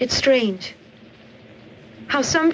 it's strange how some